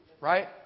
right